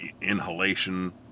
inhalation